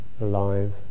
alive